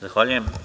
Zahvaljujem.